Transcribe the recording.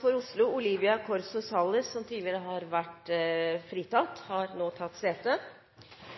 for Oslo, Olivia Corso Salles, har tatt sete.